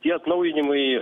tie atnaujinimai